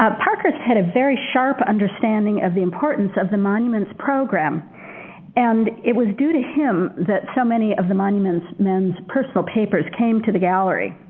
ah parkhurst had a very sharp understanding of the importance of the monuments program and it was due to him that so many of the monuments men's personal papers came to the gallery.